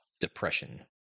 depression